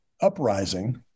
uprising